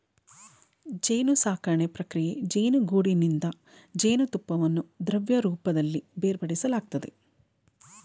ಜೇನುಸಾಕಣೆ ಪ್ರಕ್ರಿಯೆ ಜೇನುಗೂಡಿನಿಂದ ಜೇನುತುಪ್ಪವನ್ನು ದ್ರವರೂಪದಲ್ಲಿ ಬೇರ್ಪಡಿಸಲಾಗ್ತದೆ